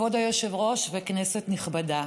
כבוד היושב-ראש, כנסת נכבדה,